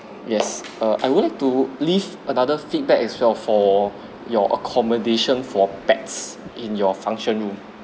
yes err I would like to leave another feedback as well for your accommodation for pets in your function room